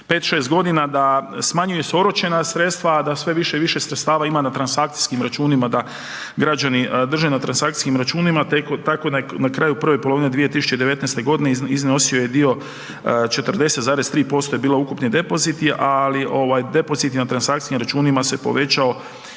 5, 6 godina da smanjuju se oročena sredstva, a da sve više i više sredstava ima na transakcijskim računima, da građani drže na transakcijskim računima. Tako je na kraju prve polovine 2019. godine iznosio je dio 40,3% je bilo ukupni depoziti, ali depoziti na transakcijskim računima se povećao